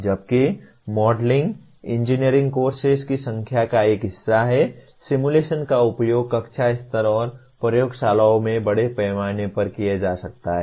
जबकि modelling modelling engineering courses की संख्या का एक हिस्सा है सिमुलेशन का उपयोग कक्षा स्तर और प्रयोगशालाओं में बड़े पैमाने पर किया जा सकता है